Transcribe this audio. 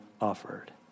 offered